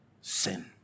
sin